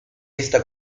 esta